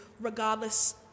regardless